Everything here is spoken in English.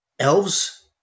Elves